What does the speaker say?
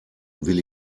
will